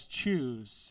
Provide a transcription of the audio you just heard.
choose